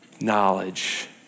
knowledge